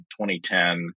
2010